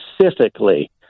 specifically